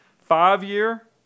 five-year